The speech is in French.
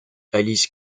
alice